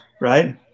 right